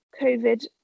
covid